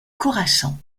khorassan